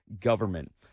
government